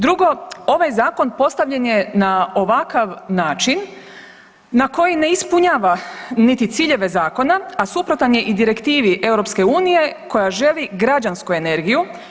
Drugo ovaj zakon postavljen je na ovakav način na koji ne ispunjava niti ciljeve zakona, a suprotan je i direktivi EU koja želi građansku energiju.